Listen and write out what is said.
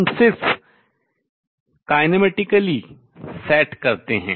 हम सिर्फ kinematically गतिज रूप से सेट करते हैं